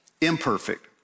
imperfect